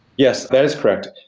yes, that is correct.